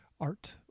art